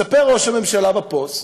מספר ראש הממשלה בפוסט: